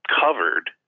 covered